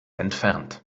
entfernt